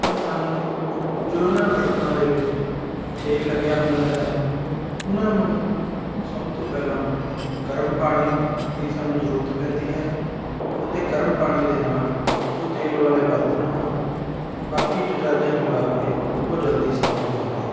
ਪਰ ਸਾਨੂੰ ਜੋ ਇਹਨਾਂ ਬਰਤਨਾਂ ਦੇ ਵਿੱਚ ਤੇਲ ਲੱਗਿਆ ਹੁੰਦਾ ਹੈ ਉਹਨਾਂ ਨੂੰ ਸਭ ਤੋਂ ਪਹਿਲਾਂ ਗਰਮ ਪਾਣੀ ਦੀ ਸਾਨੂੰ ਜ਼ਰੂਰਤ ਪੈਂਦੀ ਹੈ ਅਤੇ ਗਰਮ ਪਾਣੀ ਦੇ ਨਾਲ ਜੋ ਤੇਲ ਵਾਲੇ ਬਰਤਨ ਹਨ ਬਾਕੀ ਡਿਟਰਜ਼ੈਂਟ ਲਗਾ ਕੇ ਉਹ ਜਲਦੀ ਸਾਫ ਹੋ ਜਾਂਦੇ ਹਨ